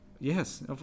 yes